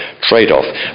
trade-off